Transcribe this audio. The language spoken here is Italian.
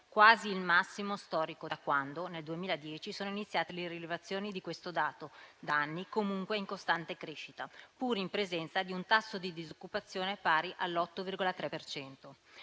quasi il massimo storico da quando, nel 2010, sono iniziate le rilevazioni di questo dato. Da anni, comunque, tale dato è in costante crescita, pur in presenza di un tasso di disoccupazione pari all'8,3